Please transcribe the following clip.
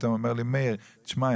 פתאום אומר לי מאיר: תשמע,